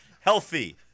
healthy